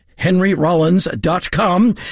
HenryRollins.com